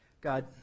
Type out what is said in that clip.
God